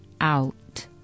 out